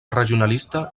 regionalista